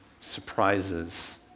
surprises